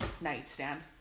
nightstand